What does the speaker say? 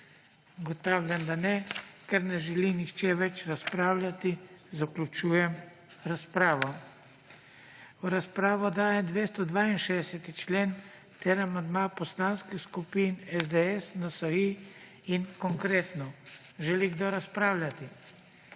Ugotavljam, da ne. Ker ne želi nihče več razpravljati, zaključujem razpravo. V razpravo dajem 262. člen ter amandma poslanskih skupin SDS, NSi in Konkretno. Želi kdo razpravljati?